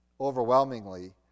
overwhelmingly